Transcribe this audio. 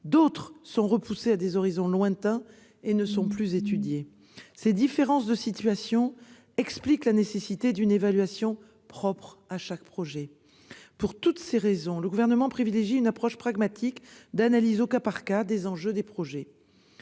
encore sont reportés à des horizons lointains et ne sont plus étudiés. Ces différences de situation expliquent la nécessité d'une évaluation propre à chaque projet. Pour toutes ces raisons, le Gouvernement privilégie une approche pragmatique d'analyse au cas par cas des enjeux des projets.